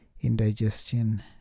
indigestion